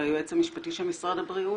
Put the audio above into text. היועץ המשפטי של משרד הבריאות.